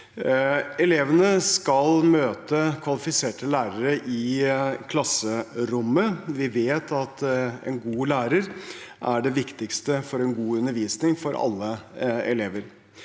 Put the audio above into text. Elevene skal møte kvalifiserte lærere i klasserommet. Vi vet at en god lærer er det viktigste for en god undervisning for alle elever.